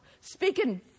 speaking